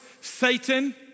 Satan